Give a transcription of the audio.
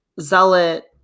zealot